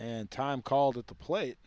and time called at the plate